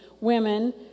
women